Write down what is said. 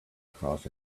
across